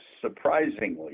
surprisingly